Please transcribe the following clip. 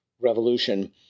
revolution